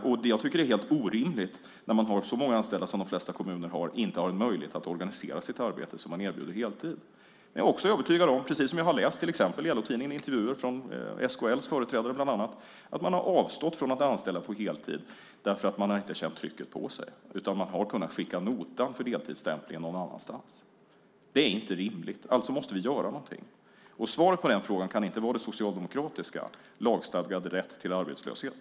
Jag tycker att det är helt orimligt att man, när man har så många anställda som de flesta kommuner har, inte har möjlighet att organisera sitt arbete så att man erbjuder heltid. Jag är också övertygad om, precis som jag har läst i LO-tidningen i intervjuer med bland annat SKL:s företrädare, att man har avstått från att anställa på heltid eftersom man inte har känt trycket. Man har kunnat skicka notan för deltidsstämplingen någon annanstans. Det är inte rimligt. Alltså måste vi göra något. Svaret kan inte vara det socialdemokratiska, lagstadgad rätt till arbetslöshet.